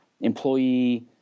employee